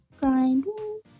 Grinding